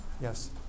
Yes